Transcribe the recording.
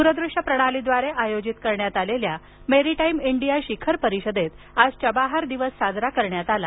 द्रदृश्य प्रणालीद्वारे आयोजित करण्यात आलेल्या मेरीटाईम इंडिया शिखर परिषदेत आज चबाहार दिवस साजरा करण्यात आला